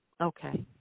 Okay